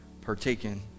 partaken